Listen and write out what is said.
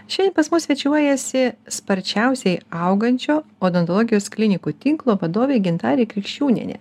šiandien pas mus svečiuojasi sparčiausiai augančio odontologijos klinikų tinklo vadovė gintarė krikščiūnienė